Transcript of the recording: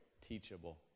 teachable